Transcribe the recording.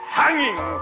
hanging